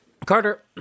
Carter